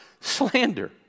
slander